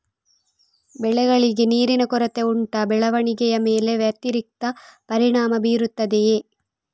ಬೆಳೆಗಳಿಗೆ ನೀರಿನ ಕೊರತೆ ಉಂಟಾ ಬೆಳವಣಿಗೆಯ ಮೇಲೆ ವ್ಯತಿರಿಕ್ತ ಪರಿಣಾಮಬೀರುತ್ತದೆಯೇ?